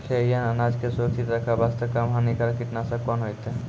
खैहियन अनाज के सुरक्षित रखे बास्ते, कम हानिकर कीटनासक कोंन होइतै?